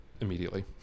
immediately